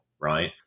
right